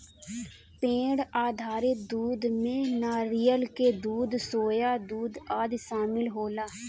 पेड़ आधारित दूध में नारियल के दूध, सोया दूध आदि शामिल होला